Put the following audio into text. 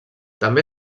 també